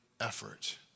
effort